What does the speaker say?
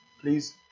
Please